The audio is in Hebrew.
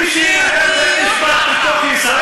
מי שילך לבית-משפט בתוך ישראל,